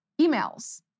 emails